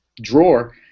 drawer